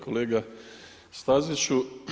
Kolega Staziću.